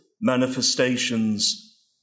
manifestations